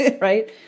right